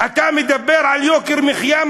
אתה מדבר על יוקר המחיה,